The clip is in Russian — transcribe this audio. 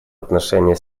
отношении